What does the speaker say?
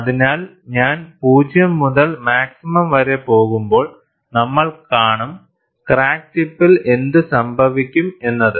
അതിനാൽ ഞാൻ 0 മുതൽ മാക്സിമം വരെ പോകുമ്പോൾ നമ്മൾ കാണും ക്രാക്ക് ടിപ്പിൽ എന്ത് സംഭവിക്കും എന്നത്